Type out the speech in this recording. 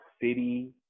City